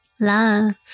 love